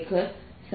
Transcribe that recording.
dS4πCe λrQ0 છે